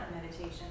meditation